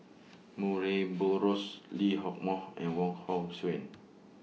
Murray Buttrose Lee Hock Moh and Wong Hong Suen